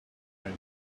when